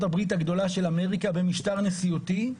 הברית הגדולה של אמריקה במשטר נשיאותי.